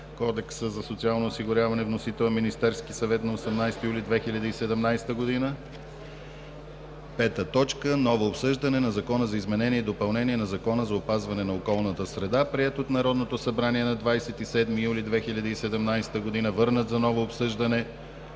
Кодекса за социално осигуряване. Вносител е Министерският съвет на 18 юли 2017 г. Пета точка – ново обсъждане на Закона за изменение и допълнение на Закона за опазване на околната среда, приет от Народното събрание на 27 юли 2017 г., върнат за ново обсъждане